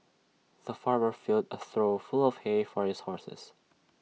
the farmer filled A trough full of hay for his horses